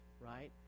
right